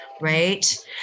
Right